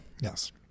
Yes